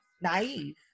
naive